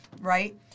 right